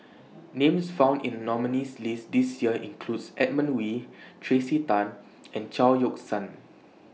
Names found in nominees' list This Year includes Edmund Wee Tracey Tan and Chao Yoke San